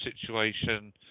situation